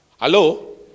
Hello